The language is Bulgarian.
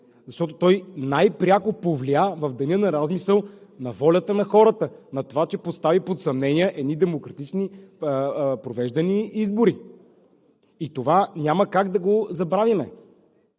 защото той най-пряко повлия в деня на размисъл на волята на хората, на това, че постави под съмнение едни демократично провеждани избори, и това няма как да го забравим.